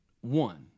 one